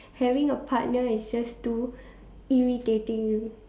having a partner is just too irritating